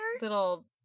little